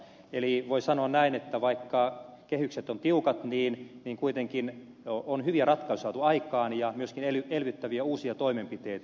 eli voi sanoa näin että vaikka kehykset ovat tiukat niin kuitenkin on hyviä ratkaisuja saatu aikaan ja myöskin elvyttäviä uusia toimenpiteitä